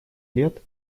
лет